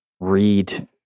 read